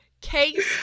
Case